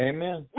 Amen